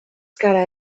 gara